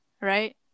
right